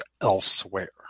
elsewhere